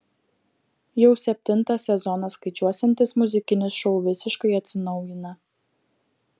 jau septintą sezoną skaičiuosiantis muzikinis šou visiškai atsinaujina